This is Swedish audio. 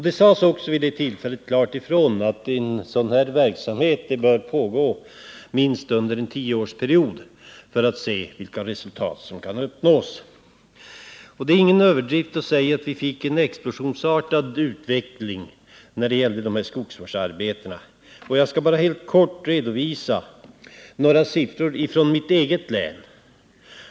Det sades också vid det tillfället klart ifrån att en sådan här verksamhet bör pågå minst under en tioårsperiod för att man skall se vilka resultat som kan uppnås. Det är ingen överdrift att säga att vi fick en explosionsartad utveckling av dessa skogsvårdsarbeten. Jag skall helt kort redovisa några siffror från mitt eget län.